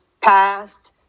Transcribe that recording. past